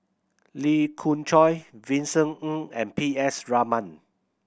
Lee Khoon Choy Vincent Ng and P S Raman